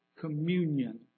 communion